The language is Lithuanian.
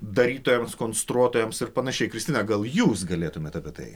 darytojams konstruotojams ir panašiai kristina gal jūs galėtumėt apie tai